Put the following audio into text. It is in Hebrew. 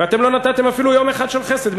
ואתם לא נתתם אפילו יום אחד של חסד.